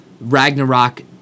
Ragnarok